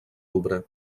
louvre